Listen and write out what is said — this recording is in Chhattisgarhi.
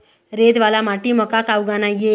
रेत वाला माटी म का का उगाना ये?